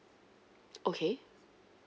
okay